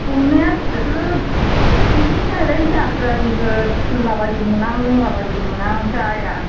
हमनाया बिदिनो बिदिनोसै आरो झारुवानिबो फुनला बायदोंमोन आं लोंला बायदोंमोन आं जाया